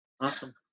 Awesome